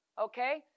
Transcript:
okay